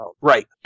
Right